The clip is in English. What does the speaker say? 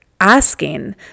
asking